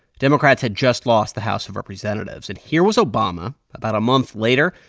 democrats had just lost the house of representatives. and here was obama about a month later,